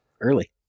Early